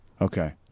Okay